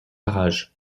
barrage